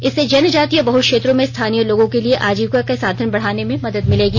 इससे जनजातीय बहल क्षेत्रों में स्थानीय लोगों के लिए आजीविका के साधन बढ़ाने में मदद मिलेगी